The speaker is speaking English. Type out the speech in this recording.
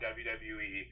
wwe